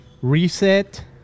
reset